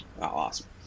awesome